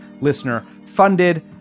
listener-funded